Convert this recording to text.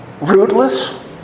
rootless